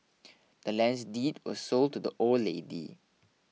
the land's deed was sold to the old lady